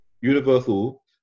Universal